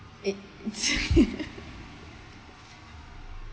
it